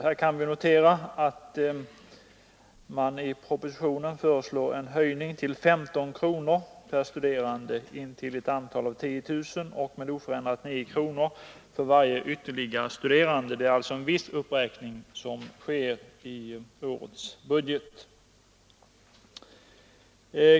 Det kan noteras att man i propositionen föreslår en höjning till 15 kronor per studerande intill ett antal av 10 000 och oförändrat 9 kronor för varje ytterligare studerande. Det sker alltså en viss uppräkning i årets budget.